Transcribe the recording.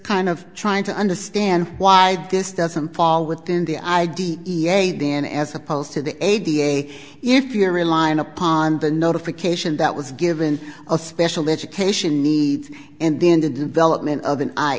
kind of trying to understand why this doesn't fall within the i d e a d n as opposed to the a b a if you're relying upon the notification that was given a special education needs and then the development of an